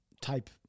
type